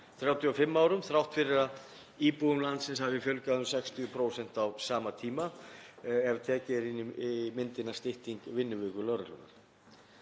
35 árum þrátt fyrir að íbúum landsins hafi fjölgað um 60% á sama tíma, ef tekin er inn í myndina stytting vinnuviku lögreglunnar.